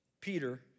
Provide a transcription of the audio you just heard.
Peter